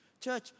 Church